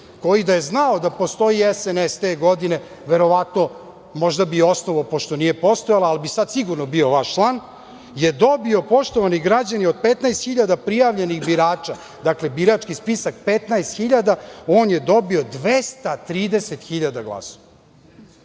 koji da je znao da postoji SNS te godine verovatno možda bi osnovao, pošto nije postojala, ali bi sigurno sada bio vaš član, je dobio, poštovani građani od 15 hiljada prijavljenih birača, dakle birački spisak 15 hiljada, on je dobio 230 hiljada